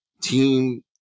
team